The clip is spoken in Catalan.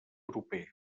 proper